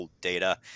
data